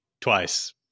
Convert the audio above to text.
twice